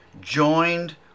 joined